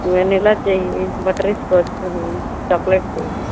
vanilla चाहिए butterscotch चाहिए chocolate चाहिए